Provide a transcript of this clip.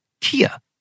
kia